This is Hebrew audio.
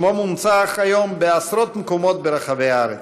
שמו מונצח היום בעשרות מקומות ברחבי הארץ: